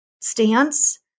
stance